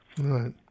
Right